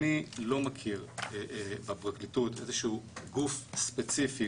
אני לא מכיר בפרקליטות איזשהו גוף ספציפי,